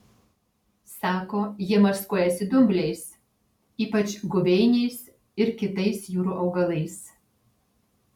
sako jie maskuojasi dumbliais ypač guveiniais ir kitais jūrų augalais